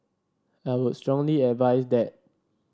I would strongly advise that